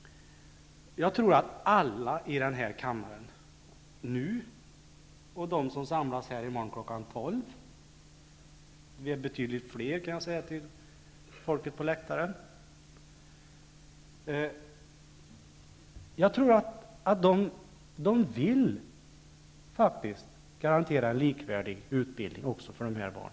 Jag tror att alla i denna kammare som är här nu, och de som samlas här i morgon kl. 12.00 -- de är betydligt fler än nu, kan jag säga till åhörarna på läktaren -- faktiskt vill garantera en likvärdig utbildning även för dessa barn.